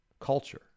culture